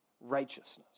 righteousness